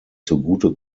zugute